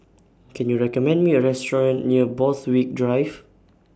Can YOU recommend Me A Restaurant near Borthwick Drive